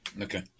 Okay